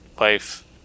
life